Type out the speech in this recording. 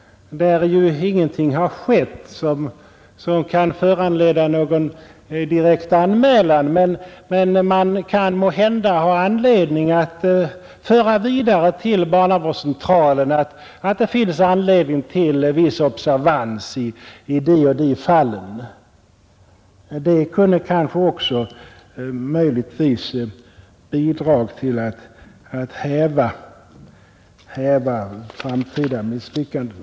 Ingenting behöver ske som kan föranleda någon direkt anmälan, men man kan måhända ha anledning att föra vidare till barnavårdscentralen att det finns skäl till viss observans i en del fall. Det kunde också bidra till att undvika framtida misslyckanden.